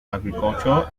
agriculture